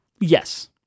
Yes